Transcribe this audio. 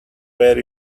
where